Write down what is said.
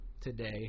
today